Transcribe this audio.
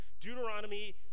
Deuteronomy